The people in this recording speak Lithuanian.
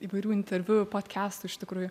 įvairių interviu podkestų iš tikrųjų